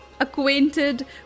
acquainted